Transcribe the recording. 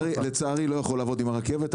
אני לצערי לא יכול לעבוד עם הרכבת.